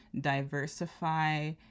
diversify